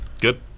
good